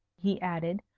he added.